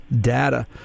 data